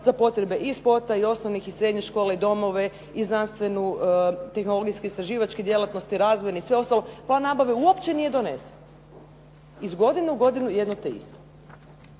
za potrebe i sporta i osnovnih i srednjih škola i domove, i znanstvenu, tehnologijske, istraživačke djelatnosti, razvojne i sve ostalo plan nabave uopće nije donesen. Iz godine u godinu jedno te isto.